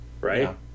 Right